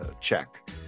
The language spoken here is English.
check